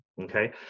okay